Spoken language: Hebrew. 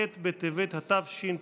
ח' בטבת התשפ"ג,